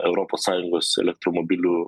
europos sąjungos elektromobilių